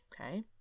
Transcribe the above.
okay